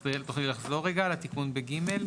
תוכלי לחזור רגע על התיקון ב-(ג)?